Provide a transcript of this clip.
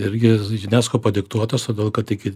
irgi unesco padiktuotas todėl kad iki